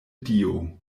dio